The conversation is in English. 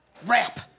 rap